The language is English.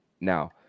now